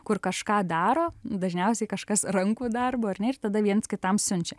kur kažką daro dažniausiai kažkas rankų darbo ar ne ir tada viens kitam siunčia